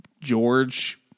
George